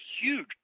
huge